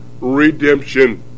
redemption